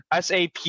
SAP